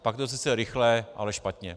Pak je to sice rychle, ale špatně.